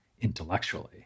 intellectually